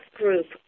group